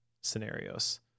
scenarios